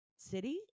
city